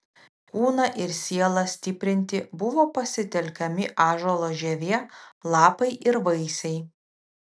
kūną ir sielą stiprinti buvo pasitelkiami ąžuolo žievė lapai ir vaisiai